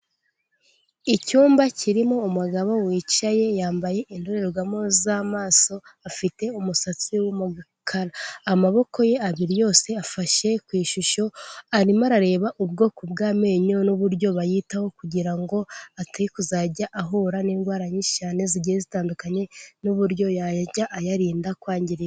Icyumba kirimo umugabo wicaye yambaye indorerwamo z'amaso, afite umusatsi w'umukara, amaboko ye abiri yose afashe ku ishusho, arimo arareba ubwoko bw'amenyo n'uburyo bayitaho kugira ngo atazajya ahura n'indwara nyinshi cyane zigiye zitandukanye n'uburyo yajya ayarinda kwangirika.